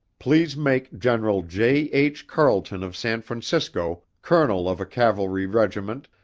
please make general j. h. carleton of san francisco, colonel of a cavalry regiment,